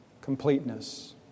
completeness